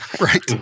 Right